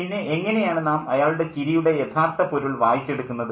പിന്നെ എങ്ങനെയാണ് നാം അയാളുടെ ചിരിയുടെ യഥാർത്ഥ പൊരുൾ വായിച്ചെടുക്കുന്നത്